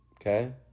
Okay